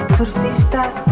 Surfista